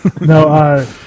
No